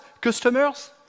Customers